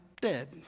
dead